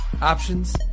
options